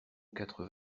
quatre